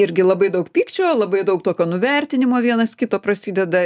irgi labai daug pykčio labai daug tokio nuvertinimo vienas kito prasideda